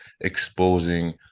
exposing